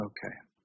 Okay